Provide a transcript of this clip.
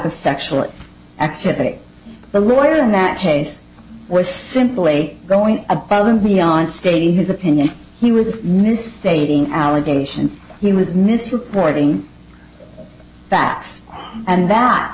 of sexual activity the lawyer in that case was simply going above and beyond stating his opinion he was misstating allegations he was mis reporting fast and th